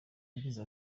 yagize